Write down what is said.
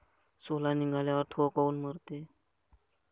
सोला निघाल्यावर थो काऊन मरते?